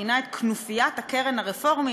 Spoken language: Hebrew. שכינה אותם כנופיית הקרן הרפורמית,